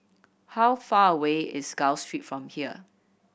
how far away is Gul Street from here